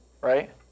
right